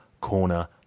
corner